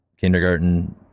kindergarten